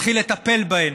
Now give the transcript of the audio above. לטפל בהן,